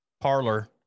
parlor